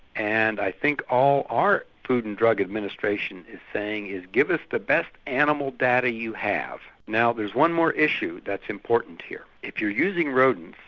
and i think all our food and drug administration is saying is give us the best animal data you have. now, there's one more issue that's important here. if you're using rodents,